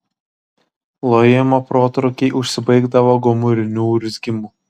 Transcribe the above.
lojimo protrūkiai užsibaigdavo gomuriniu urzgimu